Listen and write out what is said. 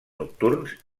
nocturns